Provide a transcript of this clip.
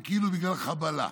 זה כאילו בגלל חבלה.